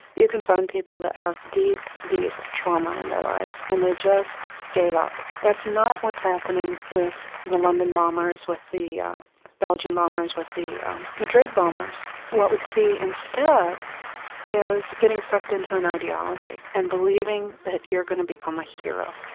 you can find people that have deep, deep trauma in their lives and they just gave up. that's not what's happening with the london bombers, with the belgium bombers, with the madrid bombers. what we see instead is getting sucked into an ideology and believing that you're going to become a hero.